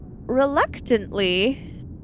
reluctantly